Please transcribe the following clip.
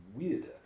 weirder